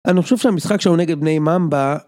אני חושב שהמשחק שלו נגד בני ממבה